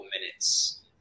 minutes